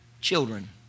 children